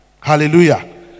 Hallelujah